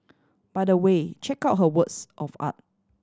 by the way check out her works of art